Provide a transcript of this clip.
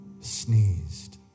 sneezed